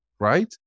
Right